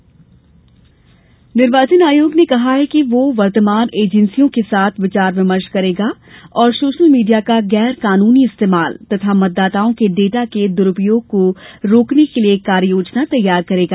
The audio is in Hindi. निर्वाचनआयोग फेसबुक निर्वाचन आयोग ने कहा है कि वह प्रवर्तन एजेंसियों के साथ विचार विमर्श करेगा और सोशल मीडिया का गैर कानूनी इस्तेमाल और मतदाताओं के डेटा के दुरुपयोग को रोकने के लिए एक कार्य योजना तैयार करेगा